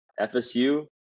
FSU